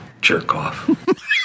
jerk-off